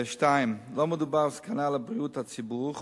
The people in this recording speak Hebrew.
2. לא מדובר בסכנה לבריאות הציבור.